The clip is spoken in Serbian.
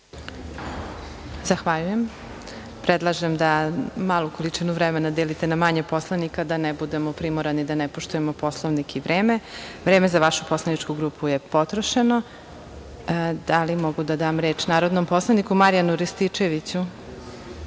Zahvaljujem. Predlažem da malu količinu vremena delite na manje poslanika, da ne budemo primorani da ne poštujemo Poslovnik i vreme. Vreme za vašu poslaničku grupu je potrošeno. Da li mogu da dam reč narodnom poslaniku Marijanu Rističeviću? Vi